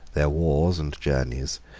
their wars and journeys,